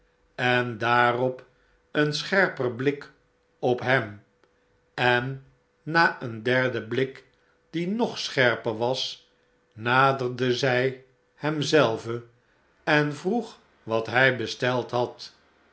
en daarop een scherper blik op hem en na een derden blik die nog scherper was naderde zij hem zelve en vroeg wat hj besteld had